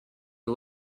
her